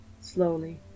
Slowly